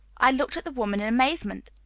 i looked at the woman in amazement.